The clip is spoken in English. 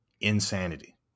insanity